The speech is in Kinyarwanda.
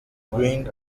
brig